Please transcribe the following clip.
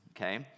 okay